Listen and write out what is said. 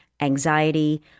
anxiety